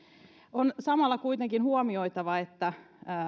on samalla kuitenkin huomioitava että